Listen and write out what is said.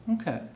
Okay